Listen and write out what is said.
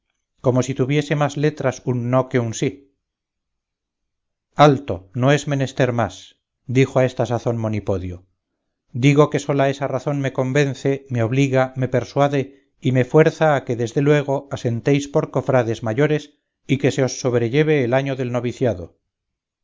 como si tuviese más letras un no que un sí alto no es menester más dijo a esta sazón monipodio digo que sola esa razón me convence me obliga me persuade y me fuerza a que desde luego asentéis por cofrades mayores y que se os sobrelleve el año del noviciado